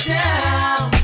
down